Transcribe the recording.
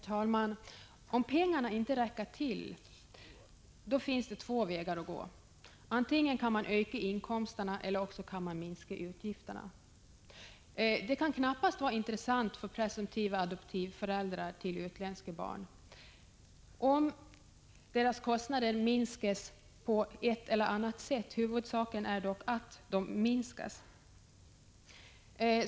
Herr talman! Om pengarna inte räcker till finns det två vägar att gå. Man kan antingen öka inkomsterna eller minska utgifterna. Det kan knappast vara intressant för presumtiva adoptivföräldrar till utländska barn om deras 95 kostnader minskas på ett visst sätt — huvudsaken är att de minskas.